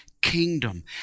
kingdom